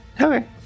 Okay